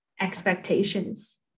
expectations